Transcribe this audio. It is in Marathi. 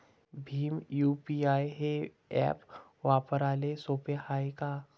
भीम यू.पी.आय हे ॲप वापराले सोपे हाय का?